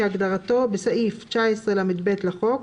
כהגדרתו בסעיף 19 לב לחוק,